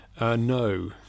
No